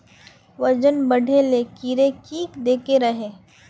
वजन बढे ले कीड़े की देके रहे?